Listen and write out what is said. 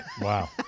Wow